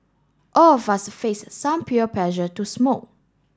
all of us faced some peer pressure to smoke